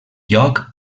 lloc